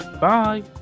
Bye